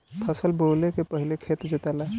फसल बोवले के पहिले खेत जोताला